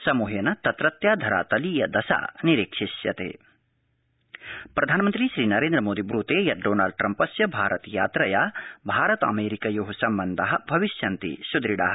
समूहर्ष सेत्रत्या धरातलीयदशा निरीक्षिष्यतक प्रधानमन्त्री श्रीनरछिमोदी ब्रूतछिम् डोनाल्ड ट्रम्पस्य भारत यात्रया भारतामर्षिक्रियो सम्बन्धा भविष्यन्ति सुदृढा